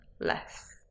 less